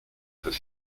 peut